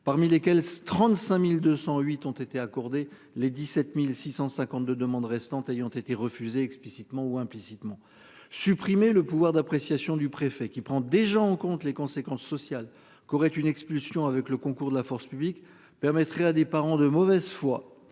parmi lesquels 35.208 ont été accordés. Les 17.652 demande restant ayant été refusé explicitement ou implicitement supprimer le pouvoir d'appréciation du préfet qui prend déjà en compte les conséquences sociales qu'aurait une expulsion avec le concours de la force publique permettrait à des parents de mauvaise foi,